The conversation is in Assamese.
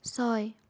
ছয়